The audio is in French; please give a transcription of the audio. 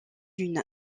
d’une